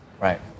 Right